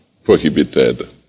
prohibited